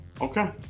Okay